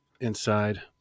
inside